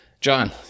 John